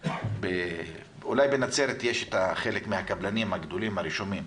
אולי בנצרת יש חלק מהקבלנים הגדולים הרשומים,